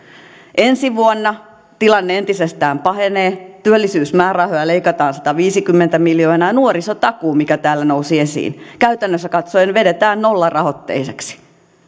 ensi vuonna tilanne entisestään pahenee työllisyysmäärärahoja leikataan sataviisikymmentä miljoonaa ja nuorisotakuu joka täällä nousi esiin käytännössä katsoen vedetään nollarahoitteiseksi